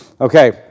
Okay